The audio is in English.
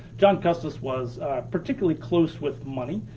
john custis was particularly close with money.